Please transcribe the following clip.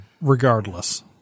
Regardless